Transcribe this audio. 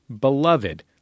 beloved